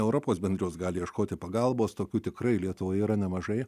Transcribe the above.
europos bendrijos gali ieškoti pagalbos tokių tikrai lietuvoje yra nemažai